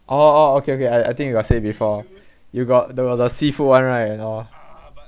oh oh okay okay I I think you got say before you got the the seafood one right and all